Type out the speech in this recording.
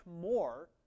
more